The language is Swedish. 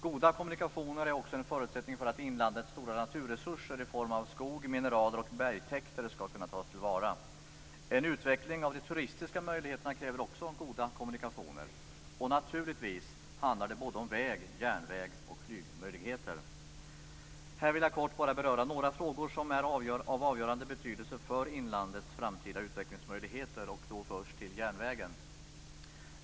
Goda kommunikationer är också en förutsättning för att inlandets stora naturresurser i form av skog, mineraler och bergtäkter skall kunna tas till vara. En utveckling av de turistiska möjligheterna kräver också goda kommunikationer. Och naturligtvis handlar det om väg-, järnvägs och flygmöjligheter. Här vill jag kortfattat bara beröra några frågor som är av avgörande betydelse för inlandets framtida utvecklingsmöjligheter. Jag skall först tala om järnvägen.